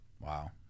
Wow